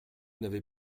n’avez